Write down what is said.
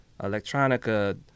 electronica